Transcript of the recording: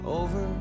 over